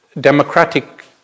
democratic